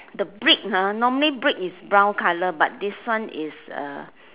the brick ha normally the brick is normally brown colour this one is uh